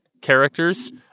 characters